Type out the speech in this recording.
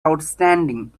outstanding